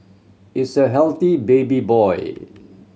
it's a healthy baby boy